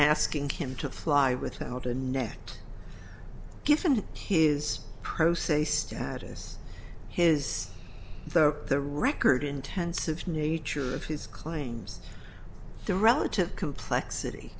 asking him to fly without a net giffen is pro se status his for the record intensive nature of his claims the relative complexity